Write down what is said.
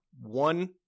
one